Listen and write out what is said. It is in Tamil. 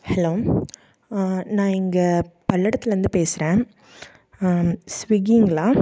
ஹலோ நான் இங்கே பல்லடத்துலருந்து பேசுகிறேன் ஸ்விக்கிங்களா